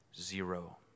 zero